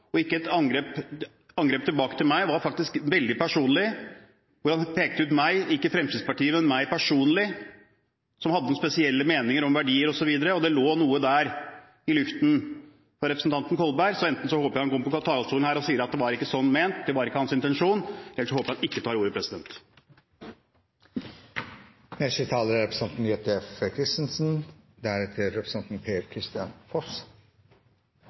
Kolberg, ikke et angrep. Angrepet tilbake på meg var faktisk veldig personlig, og hvor han pekte ut meg – ikke Fremskrittspartiet, men meg personlig – som en som hadde noen spesielle meninger om verdier og så videre, og det lå noe der i luften fra representanten Kolberg. Så jeg håper at han enten kommer på talerstolen og sier at det ikke var sånn ment, at det ikke var hans intensjon, eller så håper jeg at han ikke tar ordet.